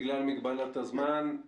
בגלל מגבלת הזמן,